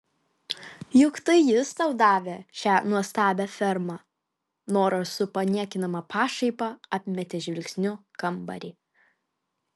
juk tai jis tau davė šią nuostabią fermą nora su paniekinama pašaipa apmetė žvilgsniu kambarį